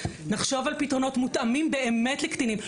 נחשוב על פתרונות מותאמים באמת לקטינים,